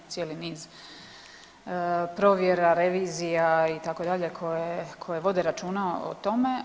Cijeli niz provjera, revizija itd. koje vode računa o tome.